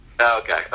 Okay